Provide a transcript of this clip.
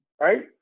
Right